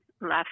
left